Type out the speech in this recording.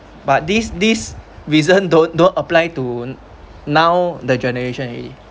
but this this reason don't don't apply to now the generation already